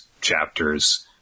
chapters